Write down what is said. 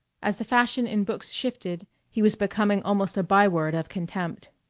as the fashion in books shifted he was becoming almost a byword of contempt.